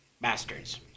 Bastards